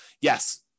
yes